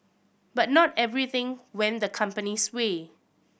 but not everything went the company's way